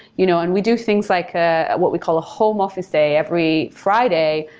you know and we do things like ah what we call a home office, say, every friday,